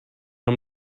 amb